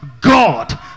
God